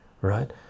right